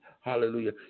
Hallelujah